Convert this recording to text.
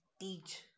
teach